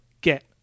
get